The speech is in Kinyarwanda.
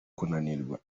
kunanirwa